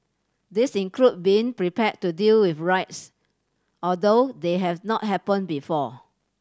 these include being prepared to deal with riots although they have not happened before